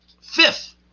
Fifth